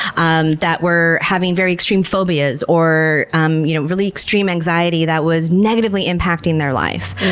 um that were having very extreme phobias or um you know really extreme anxiety that was negatively impacting their life.